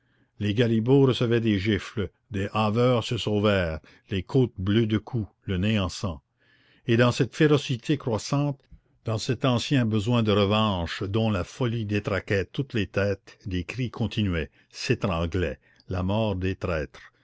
les galibots recevaient des gifles des haveurs se sauvèrent les côtes bleues de coups le nez en sang et dans cette férocité croissante dans cet ancien besoin de revanche dont la folie détraquait toutes les têtes les cris continuaient s'étranglaient la mort des traîtres